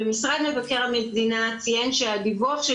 ומשרד מבקר המדינה ציין שהדיווח של